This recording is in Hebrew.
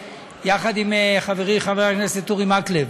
יחד עם חברי חבר הכנסת אורי מקלב,